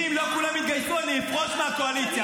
מיכל, דברים טכניים.